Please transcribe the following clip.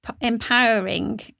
empowering